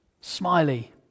smiley